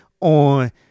on